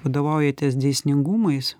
vadovaujatės dėsningumais